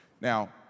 Now